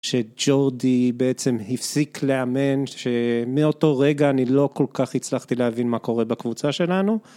שג'ורדי בעצם הפסיק לאמן שמאותו רגע אני לא כל כך הצלחתי להבין מה קורה בקבוצה שלנו.